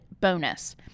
bonus